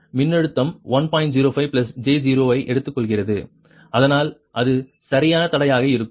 05 j 0 ஐ எடுத்துக்கொள்கிறது அதனால் அது சரியான தடையாக இருக்கும்